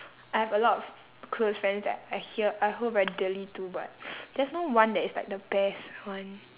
I have a lot of close friends that I hear I hold very dearly to but there's no one that is like the best one